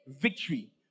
Victory